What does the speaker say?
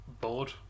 bored